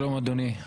שלום אדוני.